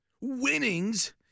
WINNINGS